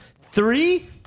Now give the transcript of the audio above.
Three